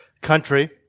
country